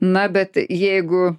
na bet jeigu